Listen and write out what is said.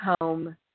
home